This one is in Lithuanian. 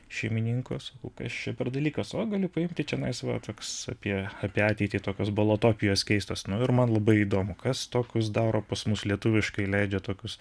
šeimininkus kas čia per dalykas o gali paimti čionai va toks apie apie ateitį tokios balatopijos keistos nu ir man labai įdomu kas tokius daro pas mus lietuviškai leidžia tokius